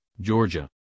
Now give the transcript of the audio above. georgia